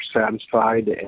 satisfied